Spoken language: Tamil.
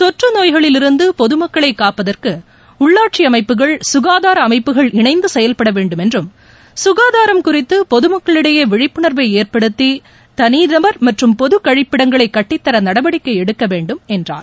தொற்று நோய்களிலிருந்து பொதுமக்களை காப்பதற்கு உள்ளாட்சி அமைப்புகள் சுகாதார அமைப்புகள் இணைந்து செயல்பட வேண்டும் என்றும் சுகாதாரம் குறித்து பொதுமக்களிடையே விழிப்புணர்வை ஏற்படுத்தி தனிநபர் மற்றும் பொதுக்கழிப்பிடங்களை கட்டித்தர நடவடிக்கை எடுக்க வேண்டும் என்றார்